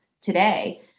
today